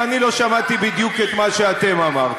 ואני לא שמעתי בדיוק את מה שאתם אמרתם.